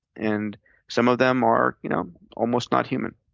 and some of them are you know almost not human.